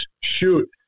shoot